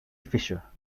fischer